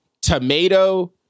tomato